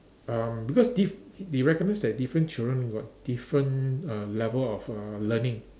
um because this they recommends that different child got different uh level of uh learning